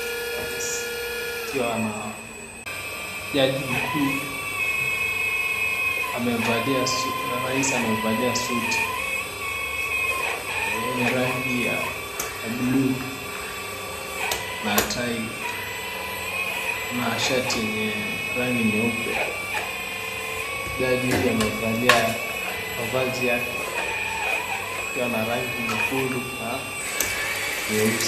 Rais akiwa na jaji mkuu rais amevalia suti yenye rangi ya buluu na tai na shati yenye rangi nyeupe, jaji amevalia mavazi yake ikiwa na rangi nyekundu na nyeusi.